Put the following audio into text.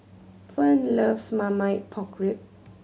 Fern loves Marmite Pork Ribs